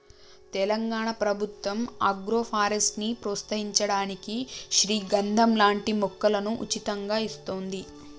తెలంగాణ ప్రభుత్వం ఆగ్రోఫారెస్ట్ ని ప్రోత్సహించడానికి శ్రీగంధం లాంటి మొక్కలను ఉచితంగా ఇస్తోంది